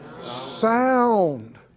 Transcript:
Sound